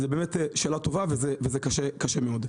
זה באמת שאלה טובה וזה קשה מאוד.